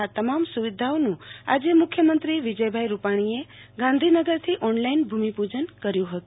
આ તમામ સુવિધાઓનું આજે મુખ્યમંત્રી વિજયભાઈ રુપાણીએ ગાંધીનગરથી ઓનલાઈન ભૂમિપૂજન કર્યું હતું